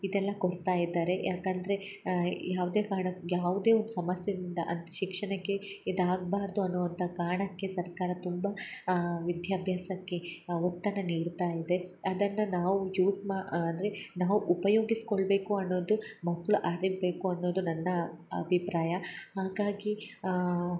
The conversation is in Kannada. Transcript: ಇದೆಲ್ಲ ಕೊಡ್ತಾ ಇದ್ದಾರೆ ಯಾಕಂದರೆ ಯಾವುದೇ ಕಾರಣಕ್ಕೆ ಯಾವುದೇ ಒಂದು ಸಮಸ್ಯೆದಿಂದ ಅದು ಶಿಕ್ಷಣಕ್ಕೆ ಇದು ಆಗ್ಬಾರದು ಅನ್ನುವಂಥ ಕಾರಣಕ್ಕೆ ಸರ್ಕಾರ ತುಂಬ ವಿದ್ಯಾಭ್ಯಾಸಕ್ಕೆ ಒತ್ತನ್ನು ನೀಡುತ್ತಾ ಇದೆ ಅದನ್ನು ನಾವು ಯೂಸ್ ಮಾ ಅಂದರೆ ನಾವು ಉಪಯೋಗಿಸ್ಕೊಳ್ಳಬೇಕು ಅನ್ನೋದು ಮಕ್ಕಳು ಅರಿಬೇಕು ಅನ್ನೋದು ನನ್ನ ಅಭಿಪ್ರಾಯ ಹಾಗಾಗಿ